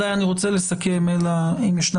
לסכם.